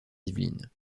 yvelines